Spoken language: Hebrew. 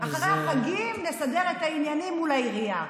אחרי החגים נסדר את העניינים מול העירייה,